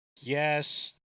Yes